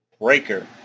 Breaker